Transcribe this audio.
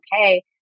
okay